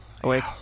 awake